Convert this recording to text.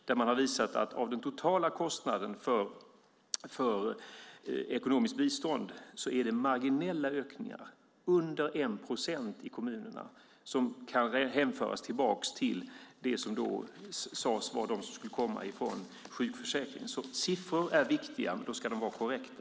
De visar att det är marginella ökningar, under 1 procent, av den totala kostnaden för ekonomiskt bistånd i kommunerna som kan hänföras tillbaka till det som då sades vara det som skulle komma från sjukförsäkringen. Siffror är viktiga, men de ska vara korrekta.